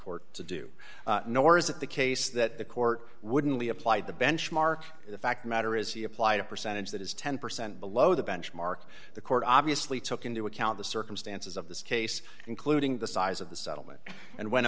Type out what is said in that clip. court to do nor is it the case that the court wouldn't be applied the benchmark the fact the matter is he applied a percentage that is ten percent below the benchmark the court obviously took into account the circumstances of this case including the size of the settlement and w